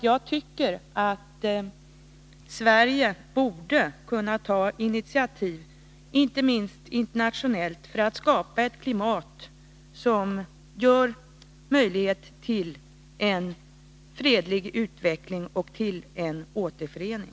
Jag tycker att Sverige borde kunna ta initiativ, inte minst internationellt, för att skapa ett klimat som ger möjlighet till en fredlig utveckling och till en återförening.